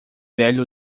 velho